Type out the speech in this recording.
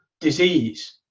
disease